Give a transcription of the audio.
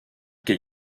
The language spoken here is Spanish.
que